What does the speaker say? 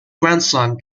grandson